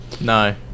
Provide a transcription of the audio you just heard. No